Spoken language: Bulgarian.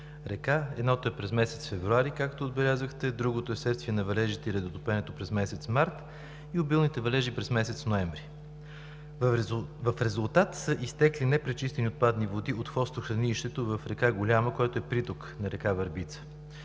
Ерма. Едното е през месец февруари, както отбелязахте, другото е вследствие на валежите и ледотопенето през месец март и обилните валежи през месец ноември. В резултат са изтекли непречистени отпадни води от хвостохранилището в Голяма река, която е приток на река Върбица.